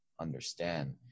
understand